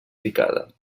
picada